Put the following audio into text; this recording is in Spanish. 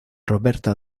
roberta